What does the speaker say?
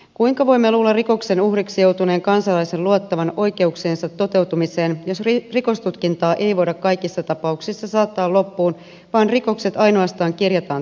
kuinka voimme luulla rikoksen uhriksi joutuneen kansalaisen luottavan oikeuksiensa toteutumiseen jos rikostutkintaa ei voida kaikissa ta pauksissa saattaa loppuun vaan rikokset ainoastaan kirjataan tapahtuneiksi